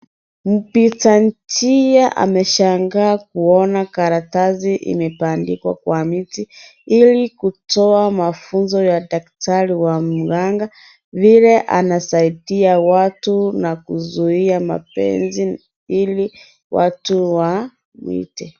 Mpita njia anashangaa kuona karatasi imebandikwa kwa miti, kutoa mafunzo ya daktari wa Murang'a, vile anasaidia watu na kuzuia mapenzi, ili watu wamuite.